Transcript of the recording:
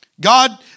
God